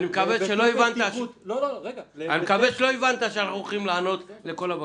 אני מקווה שלא הבנת שאנחנו הולכים להיענות לכל הבקשות.